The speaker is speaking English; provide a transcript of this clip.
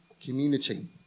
community